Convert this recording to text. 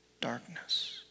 darkness